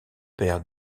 père